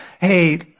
Hey